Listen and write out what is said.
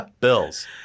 Bills